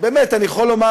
באמת אני יכול לומר,